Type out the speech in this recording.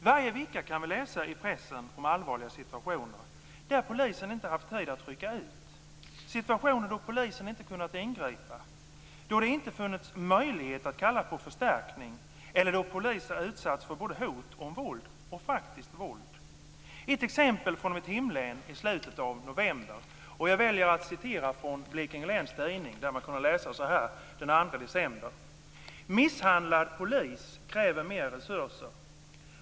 Varje vecka kan vi läsa i pressen om allvarliga situationer där polisen inte haft tid att rycka ut, situationer då polisen inte kunnat ingripa, då det inte funnits möjlighet att kalla på förstärkning eller då poliser utsatts för både hot om våld och faktiskt våld. Jag vill nämna ett exempel från mitt hemlän i slutet av november. I Blekinge Läns Tidning kunde man den 2 december läsa följande: "Misshandlad polis kräver mer resurser.